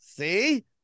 See